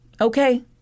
okay